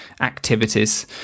activities